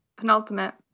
Penultimate